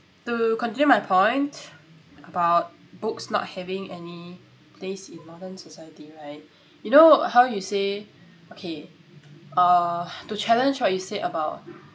to continue my point about books not having any place in modern society right you know how you say okay uh to challenge what you said about